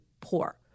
poor